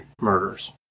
murders